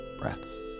breaths